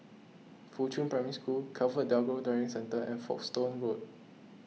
Fuchun Primary School ComfortDelGro Driving Centre and Folkestone Road